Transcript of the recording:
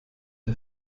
der